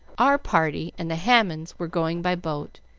our party and the hammonds were going by boat,